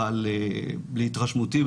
אבל להתרשמותי,